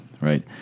right